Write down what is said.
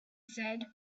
said